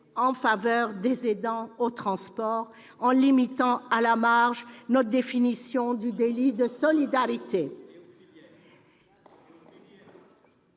en faveur des aidants au transport, en limitant à la marge notre définition du délit de solidarité